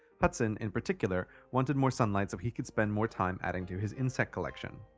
hudson, in particular, wanted more sunlight so he could spend more time adding to his insect collection.